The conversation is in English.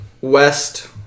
West